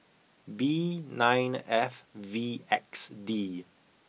B nine F V X D